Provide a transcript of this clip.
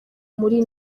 muri